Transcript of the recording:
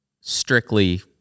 strictly